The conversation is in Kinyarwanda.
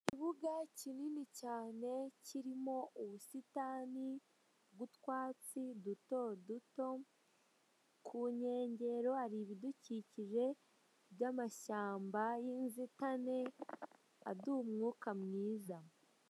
Ikibuga kinini cyane kirimo ubusitani bw'utwatsi duto duto ku nkengero hari ibidukikije by'amashyamba y'inzitane adu umwuka mwiza.